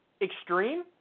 extreme